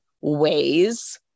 ways